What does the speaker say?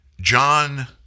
John